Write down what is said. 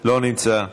לא נמצא,